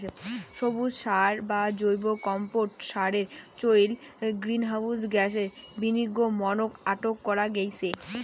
সবুজ সার বা জৈব কম্পোট সারের চইল গ্রীনহাউস গ্যাসের বিনির্গমনক আটক করা গেইচে